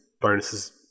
bonuses